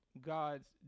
God's